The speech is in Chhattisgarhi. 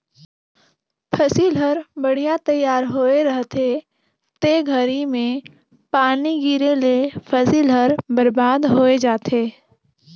फसिल हर बड़िहा तइयार होए रहथे ते घरी में पानी गिरे ले फसिल हर बरबाद होय जाथे